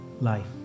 life